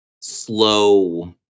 slow